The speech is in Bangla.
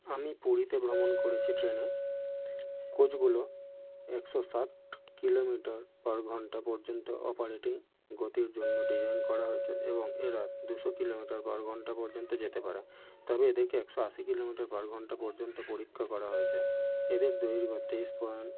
আমি পুরীতে ভ্রমণ করেছি ট্রেনে কোচগুলো একশো সাত কিলোমিটার পার ঘন্টা পর্যন্ত অপারেটিং গতির জন্য ডিজাইন করা হয়েছে এবং এরা দুশো কিলোমিটার পার ঘন্টা পর্যন্ত যেতে পারে তবে এদেরকে একশো আশি কিলোমিটার পার ঘন্টা পর্যন্ত পরীক্ষা করা হয়েছে এদের দৈর্ঘ্য তেইশ পয়েন্ট